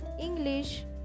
English